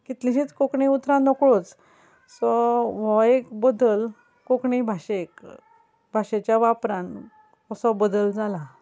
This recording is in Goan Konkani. कितलींशींच कोंकणी उतरां नकळोच सो हो एक बदल कोंकणी भाशेक भाशेच्या वापरान असो बदल जाला